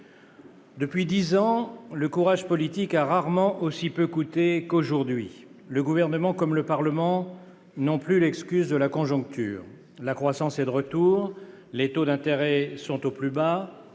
Depuis dix ans, le courage politique a rarement aussi peu coûté qu'aujourd'hui. Le Gouvernement, comme le Parlement, n'a plus l'excuse de la conjoncture : la croissance est de retour, les taux d'intérêt sont au plus bas,